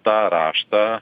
tą raštą